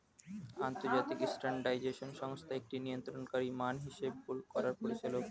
আন্তর্জাতিক স্ট্যান্ডার্ডাইজেশন সংস্থা একটি নিয়ন্ত্রণকারী মান হিসেব করার পরিচালক